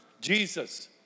Jesus